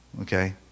Okay